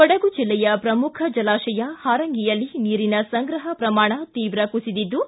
ಕೊಡಗು ಜಿಲ್ಲೆಯ ಶ್ರಮುಖ ಜಲಾಶಯವಾದ ಹಾರಂಗಿಯಲ್ಲಿ ನೀರಿನ ಸಂಗ್ರಹ ಶ್ರಮಾಣ ತೀವ್ರ ಕುಸಿದಿದ್ದು